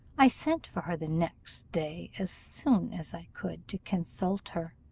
i sent for her the next day, as soon as i could, to consult her.